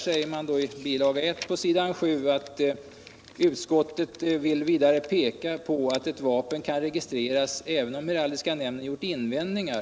I på s. 7 står det: ”Utskottet vill vidare påpeka att ett vapen kan registreras även om heraldiska nämnden gjort invändningar.